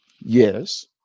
yes